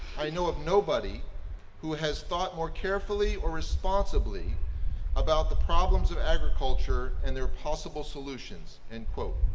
i know of nobody who has thought more carefully or responsibly about the problems of agriculture and their possible solutions, end quote.